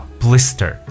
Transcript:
blister 。